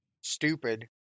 stupid